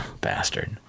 Bastard